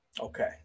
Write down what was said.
Okay